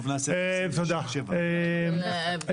להבדיל מהם,